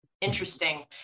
Interesting